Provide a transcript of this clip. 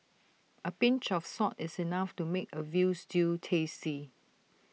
A pinch of salt is enough to make A Veal Stew tasty